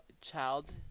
child